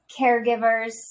caregivers